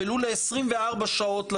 ולו ל-24 שעות,